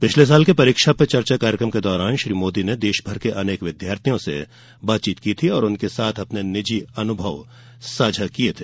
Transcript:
पिछले साल के परीक्षा पे चर्चा कार्यक्रम के दौरान श्री मोदी ने देशभर के अनेक विद्यार्थियों से बातचीत की थी और उनके साथ अपने निजी अनुभव साझा किये थे